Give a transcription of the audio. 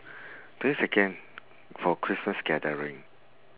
twenty second for christmas gathering